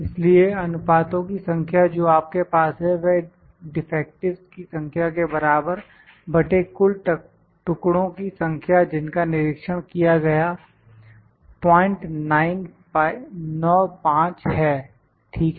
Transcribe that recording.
इसलिए अनुपातों की संख्या जो आपके पास है वह डिफेक्टिवस् की संख्या के बराबर बटे कुल टुकड़ों की संख्या जिनका निरीक्षण किया गया 095 है ठीक है